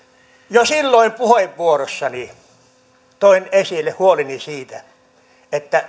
jo silloin puheenvuorossani toin esille huoleni siitä että